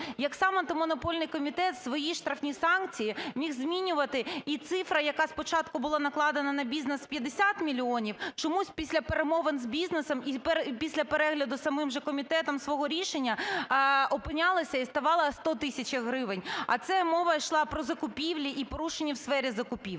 як сам Антимонопольний комітет свої штрафні санкції міг змінювати, і цифра, яка спочатку була накладена на бізнес 50 мільйонів, чомусь після перемовин з бізнесом і після перегляду самим же комітетом свого рішення, опинялася і ставала 100 тисяч гривень. А це мова йшла про закупівлі і порушення в сфері закупівель.